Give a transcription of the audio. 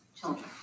children